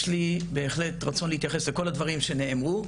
יש לי בהחלט רצון להתייחס לכל הדברים שנאמרו,